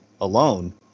alone